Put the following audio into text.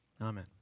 Amen